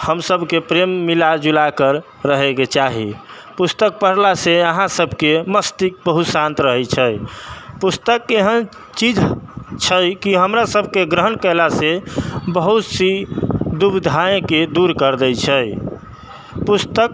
हमसबके प्रेम मिलाजुला कर रहय के चाही पुस्तक पढ़ला से अहाँ सबके मस्तिष्क बहुत शांत रहै छै पुस्तक एहन चीज छै की हमरा सबके ग्रहण कयला से बहुत सी दुविधाएं की दूर कर दै छै पुस्तक